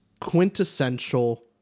quintessential